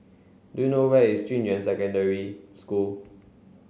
do you know where is Junyuan Secondary School